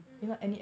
mm mmm